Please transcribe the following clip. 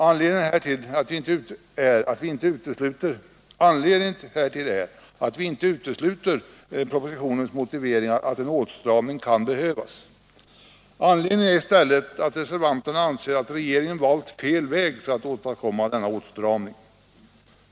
Anledningen härtill är inte att vi utesluter propositionens motivering att en åtstramning kan behövas. Anledningen är i stället att reservanterna anser att regeringen valt fel väg för att åstadkomma denna åtstramning.